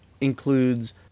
includes